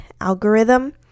algorithm